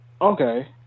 okay